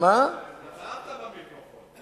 התאהבת במיקרופון.